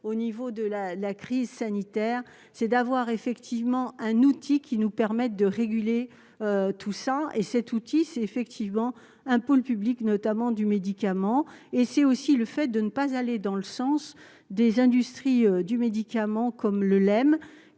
au niveau de la la crise sanitaire, c'est d'avoir effectivement un outil qui nous permettent de réguler tout ça et cet outil, c'est effectivement un pôle public, notamment du médicament et c'est aussi le fait de ne pas aller dans le sens des industries du médicament comme le lait,